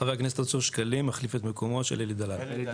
חבר הכנסת אושר שקלים מחליף את מקומו של אלי דלל.